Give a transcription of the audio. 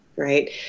Right